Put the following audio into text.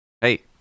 Hey